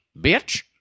bitch